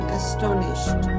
astonished